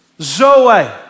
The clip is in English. Zoe